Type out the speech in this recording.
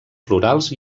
florals